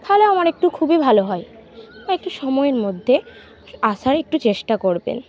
তাহলে আমার একটু খুবই ভালো হয় বা একটু সময়ের মধ্যে আসার একটু চেষ্টা করবেন